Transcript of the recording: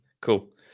cool